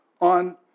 on